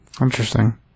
Interesting